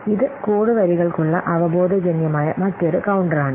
അതിനാൽ ഇത് കോഡ് വരികൾക്കുള്ള അവബോധജന്യമായ മറ്റൊരു കൌണ്ടറാണ്